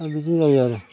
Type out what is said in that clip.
दा बिदिनो जायो आरो